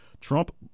Trump